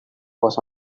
was